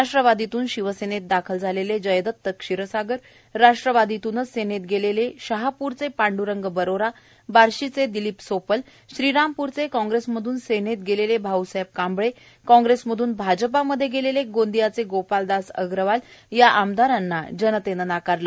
राष्ट्रवादीतून शिवसेनेत दाखल झालेले जयदत क्षिरसागर राष्ट्रवादीतूनच सेनेत गेलेले षहापूरचे पांड्रंग बरोरा बार्षीचे दिलीप सोपलए श्रीरामपूरचे काँग्रेसमधून सेनेत गेलेले भाऊसाहेब कांबळे काँग्रेसमधून भाजपामध्ये गेलेले गोंदियाचे गोपालदास अग्रवाल या आमदारांना जनतेनं नाकारलं